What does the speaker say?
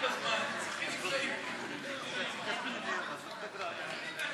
חקירה פרלמנטרית בעניין תוצאות חקירת אירועי אום אל-חיראן.